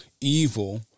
evil